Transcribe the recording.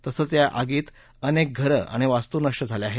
तसंच या आगीत अनेक घरं आणि वास्तू नष्ट झाल्या आहेत